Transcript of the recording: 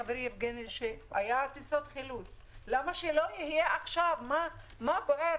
למה אין טיסות חילוץ עכשיו כמו שהיו בהתחלה?